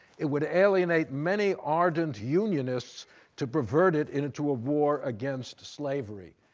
it would alienate many ardent unionists to pervert it into a war against slavery.